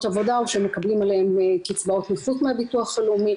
עבודה שמקבלים עליהן קצבאות נכות מהביטוח הלאומי,